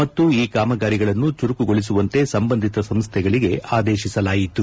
ಮತ್ತು ಈ ಕಾಮಗಾರಿಗಳನ್ನು ಚುರುಕುಗೊಳಿಸುವಂತೆ ಸಂಬಂಧಿತ ಸಂಸ್ಥೆಗಳಿಗೆ ಆದೇಶಿಸಲಾಯಿತು